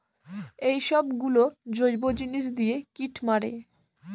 এইসব গুলো জৈব জিনিস দিয়ে কীট মারে